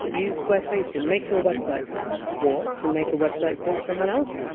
use squarespace to make your websites or, to make a website for someone else?